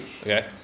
Okay